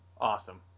awesome